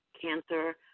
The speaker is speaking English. cancer